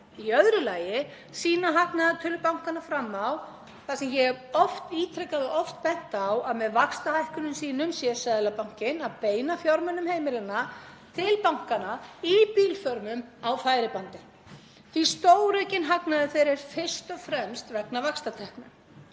Í öðru lagi sýna hagnaðartölur bankanna fram á það sem ég hef ítrekað og oft bent á; að með vaxtahækkunum sínum sé Seðlabankinn að beina fjármunum heimilanna til bankanna í bílförmum á færibandi því að stóraukinn hagnaður þeirra er fyrst og fremst vegna vaxtatekna.